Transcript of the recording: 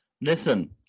listen